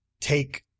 take